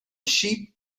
sheep